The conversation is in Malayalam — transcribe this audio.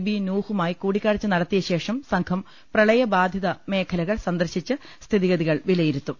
ബി നൂഹുമായി കൂടിക്കാഴ്ച നടത്തിയശേഷം സംഘം പ്രളയബാധിത മേഖലകൾ സന്ദർശിച്ച് സ്ഥിതിഗതികൾ വിലയിരുത്തും